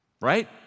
Right